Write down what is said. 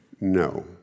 No